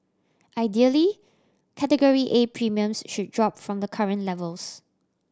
ideally Category A premiums should drop from the current levels